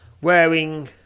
Wearing